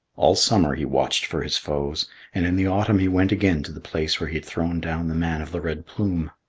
all summer he watched for his foes, and in the autumn he went again to the place where he had thrown down the man of the red plume.